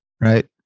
right